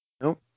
Nope